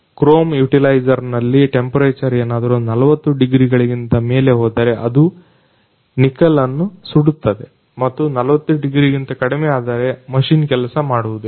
Chrome ಯುಟಿಲೈಜರ್ನಲ್ಲಿ ತಾಪಮಾನ ಎನಾದರು 40 ಡಿಗ್ರಿಗಳಿಗಿಂತ ಮೇಲೆ ಹೋದರೆ ಅದು ನಿಕ್ಕಲ್ ಅನ್ನು ಸುಡುತ್ತದೆ ಮತ್ತು 40 ಡಿಗ್ರಿಗಿಂತ ಕಡಿಮೆಯಾದರೆ ಮಷಿನ್ ಕೆಲಸ ಮಾಡುವುದಿಲ್ಲ